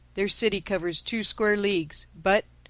their city covers two square leagues. but,